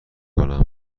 کنم